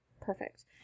Perfect